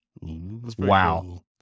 Wow